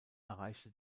erreichte